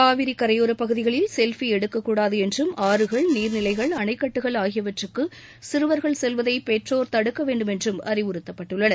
காவிரி கரையோரப் பகுதிகளில் நின்று கொண்டு செல்ஃபி எடுக்கக்கூடாது என்றும் ஆறுகள் நீர்நிலைகள் அனைக்கட்டுகள் ஆகியவற்றுக்கு சிறுவர்கள் செல்வதை பெற்றோர் தடுக்க வேண்டுமென்றும் அறிவுறுத்தப்பட்டுள்ளனர்